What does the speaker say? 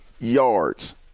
yards